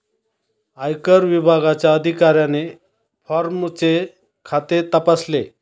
आयकर विभागाच्या अधिकाऱ्याने फॉर्मचे खाते तपासले